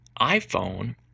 iPhone